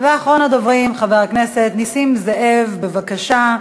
אחרון הדוברים, חבר הכנסת נסים זאב, בבקשה.